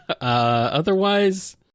otherwise